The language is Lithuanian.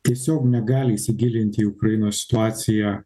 tiesiog negali įsigilint į ukrainos situaciją